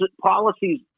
policies